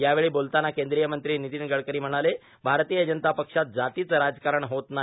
यावेळी बोलताना कद्रीय मंत्री ांनतीन गडकरां म्हणाले भारतीय जनता पक्षात जातीचे राजकारण होत नाही